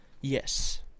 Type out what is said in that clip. Yes